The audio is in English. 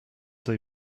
they